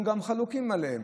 אנחנו גם חלוקים עליהן.